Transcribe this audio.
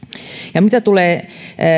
ja mitä tulee